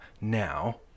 now